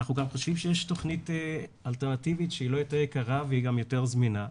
ואנחנו גם חושבים שיש תכנית אלטרנטיבית שהיא לא יותר יקרה ויותר זמינה,